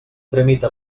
tramita